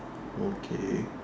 okay